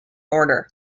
order